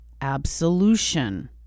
absolution